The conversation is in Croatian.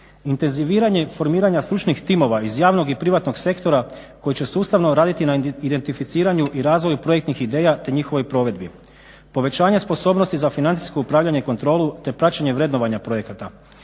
Intenziviranje formiranja stručnih timova iz javnog i privatnog sektora koji će sustavno radit na identificiranju i razvoju projektnih ideja te njihovoj provedbi. Povećanje sposobnosti za financijsko upravljanje i kontrolu, te praćenje vrednovanja projekata,